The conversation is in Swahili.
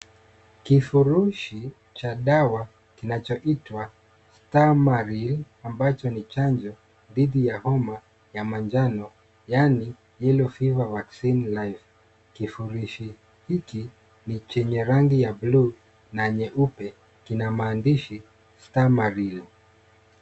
Kifurushi cha dawa kinachoitwa Stamaril ambacho ni chanjo dhidhi ya homa ya manjano yani yellow fever vaccine life kifurishi hiki ni chenye rangi ya bluu na nyeupe kina maandishi Stamaril.